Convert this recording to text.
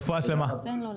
רפואה שלמה.